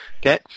okay